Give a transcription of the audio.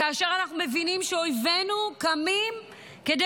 כאשר אנחנו מבינים שאויבנו קמים כדי